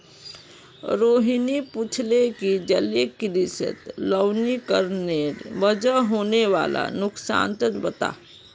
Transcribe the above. रोहिणी पूछले कि जलीय कृषित लवणीकरनेर वजह होने वाला नुकसानक बता